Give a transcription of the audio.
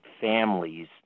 families